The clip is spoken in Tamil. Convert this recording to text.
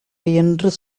என்ற